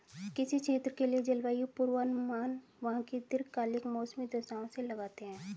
किसी क्षेत्र के लिए जलवायु पूर्वानुमान वहां की दीर्घकालिक मौसमी दशाओं से लगाते हैं